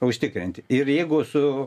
užtikrint ir jeigu su